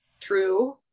true